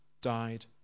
died